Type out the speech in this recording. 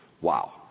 wow